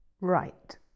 Right